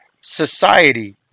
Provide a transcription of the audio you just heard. society